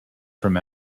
from